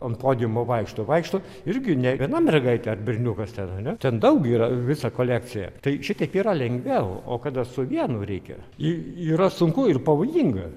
ant podiumo vaikšto vaikšto irgi ne viena mergaitė ar berniukas ten ar ne ten daug yra visa kolekcija tai šitaip yra lengviau o kada su vienu reikia į yra sunku ir pavojinga